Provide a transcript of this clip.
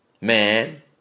Man